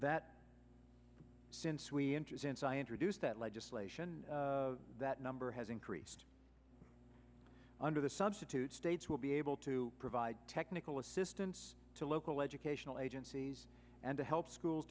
that since we interest in science reduced that legislation that number has increased under the substitute states will be able to provide technical assistance to local educational agencies and to help schools